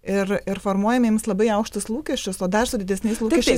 ir ir formuojam jiems labai aukštus lūkesčius o dar su didesniais lūkesčiais